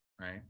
right